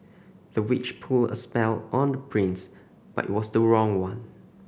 the witch put a spell on the prince but it was the wrong one